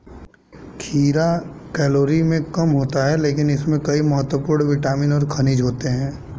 खीरा कैलोरी में कम होता है लेकिन इसमें कई महत्वपूर्ण विटामिन और खनिज होते हैं